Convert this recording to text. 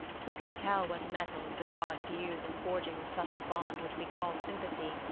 who can tell what metals the gods use in forging the subtle bond which we call sympathy,